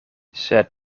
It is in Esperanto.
sed